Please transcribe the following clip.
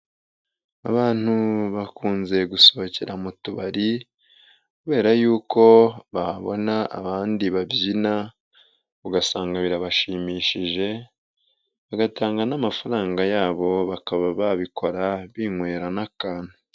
Abantu bakunze gusohokera mu tubari, kubera y'uko babona abandi babyina, ugasanga birabashimishije, bagatanga n'amafaranga ya bo, bakaba babikora binywera n'akantu.